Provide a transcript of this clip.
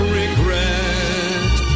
regret